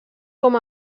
com